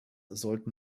sollten